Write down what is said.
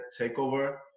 takeover